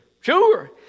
Sure